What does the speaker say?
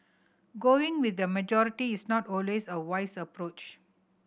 going with the majority is not always a wise approach